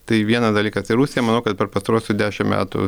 tai vienas dalykas tai rusija manau kad per pastaruosius dešimt metų